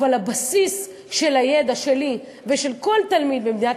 אבל הבסיס של הידע שלי ושל כל תלמיד במדינת